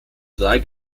drei